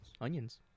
Onions